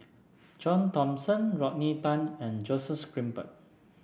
John Thomson Rodney Tan and Joseph Grimberg